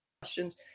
questions